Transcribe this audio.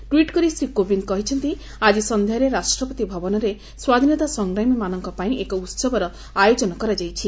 tweet କରି ଶ୍ରୀ କୋବିନ୍ଦ କହିଛନ୍ତି ଆଜି ସନ୍ଧ୍ୟାରେ ରାଷ୍ଟପତି ଭବନରେ ସ୍ୱାଧୀନତା ସଂଗ୍ରାମୀମାନଙ୍କ ପାଇଁ ଏକ ଉହବର ଆୟୋଜନ କରାଯାଇଛି